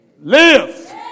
live